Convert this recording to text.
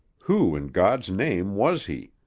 who, in god's name, was he?